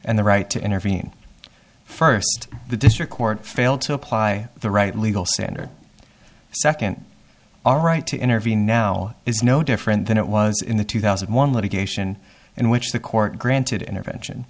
and the right to intervene first the district court failed to apply the right legal standard second all right to intervene now is no different than it was in the two thousand and one litigation in which the court granted intervention